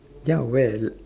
ya where